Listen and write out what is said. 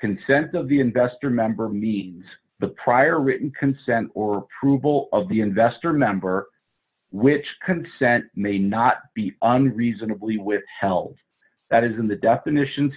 consent of the investor member means the prior written consent or proveable of the investor member which consent may not be unreasonably withheld that is in the definition